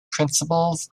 principles